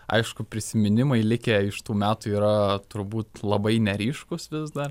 aišku prisiminimai likę iš tų metų yra turbūt labai neryškūs vis dar